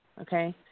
Okay